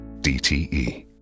DTE